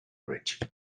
rich